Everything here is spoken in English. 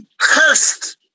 cursed